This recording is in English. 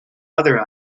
other